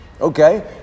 Okay